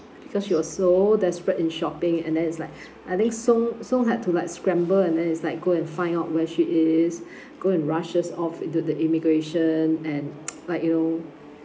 because she was so desperate in shopping and then it's like I think song song had to like scramble and then it's like go and find out where she is go and rush us off into the immigration and like you know